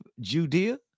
Judea